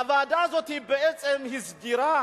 הוועדה הזאת בעצם הסדירה